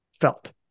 felt